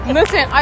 Listen